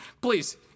please